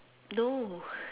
no